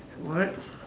what